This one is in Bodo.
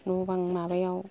न' बां मायाव